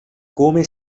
come